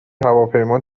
هواپیما